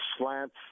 slants